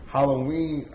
Halloween